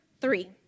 three